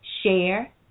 Share